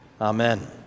Amen